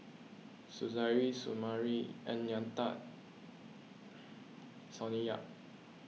Suzairhe Sumari Ng Yat Sonny Yap